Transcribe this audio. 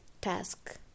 task